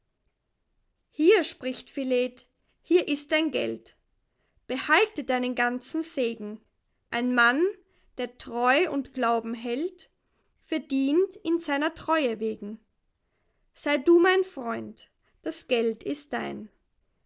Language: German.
hier spricht philet hier ist dein geld behalte deinen ganzen segen ein mann der treu und glauben hält verdient ihn seiner treue wegen sei du mein freund das geld ist dein